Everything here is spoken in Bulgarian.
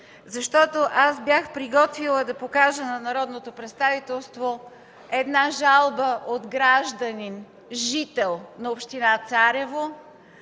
Аз бях приготвила да покажа на народното представителство жалба от гражданин – жител на община Царево,